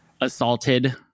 assaulted